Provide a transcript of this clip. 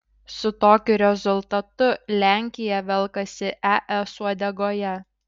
su tokiu rezultatu lenkija velkasi es uodegoje